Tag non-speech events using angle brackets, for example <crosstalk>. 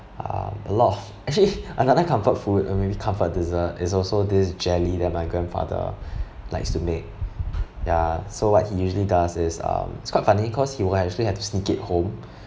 um a lot <laughs> actually another comfort food or maybe comfort dessert is also this jelly that my grandfather <breath> likes to make ya so what he usually does is um it's quite funny cause he will actually have to sneak it home